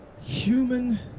human